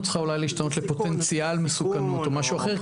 מסוכנות צריכה אולי להשתנות ל"פוטנציאל מסוכנות" או משהו אחר,